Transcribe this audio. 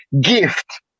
gift